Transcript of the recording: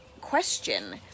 question